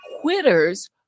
quitters